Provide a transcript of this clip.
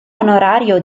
onorario